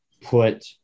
put